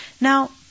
Now